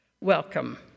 welcome